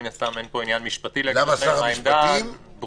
מן הסתם אין פה עניין משפטי, העמדה ברורה.